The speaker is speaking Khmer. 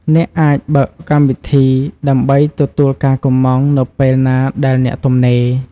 អ្នកអាចបើកកម្មវិធីដើម្បីទទួលការកម្ម៉ង់នៅពេលណាដែលអ្នកទំនេរ។